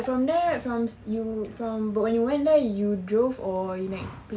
from there from um you from but you went there you drove or you naik train